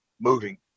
moving